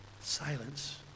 silence